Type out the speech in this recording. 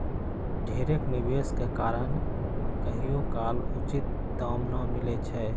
ढेरेक निवेश के कारण कहियोकाल उचित दाम न मिलइ छै